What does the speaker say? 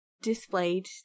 displayed